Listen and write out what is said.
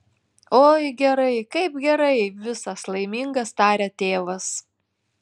oi gerai kaip gerai visas laimingas taria tėvas